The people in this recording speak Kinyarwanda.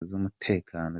z’umutekano